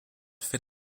fit